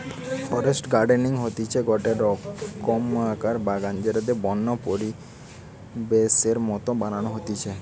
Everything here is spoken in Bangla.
ফরেস্ট গার্ডেনিং হতিছে গটে রকমকার বাগান যেটাকে বন্য পরিবেশের মত বানানো হতিছে